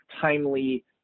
timely